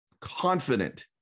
confident